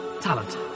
talent